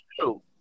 true